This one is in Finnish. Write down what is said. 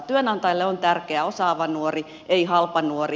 työnantajalle on tärkeää osaava nuori ei halpa nuori